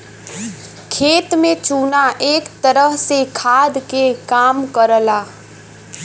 खेत में चुना एक तरह से खाद के काम करला